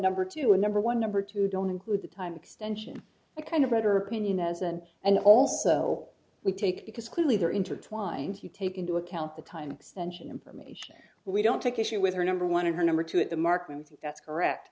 number two a number one number two don't include the time extension a kind of writer opinion as and and also we take because clearly they're intertwined you take into account the time stench and information we don't take issue with her number one and her number two at the marketing that's correct